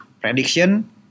prediction